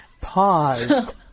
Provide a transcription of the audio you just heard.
pause